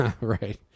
right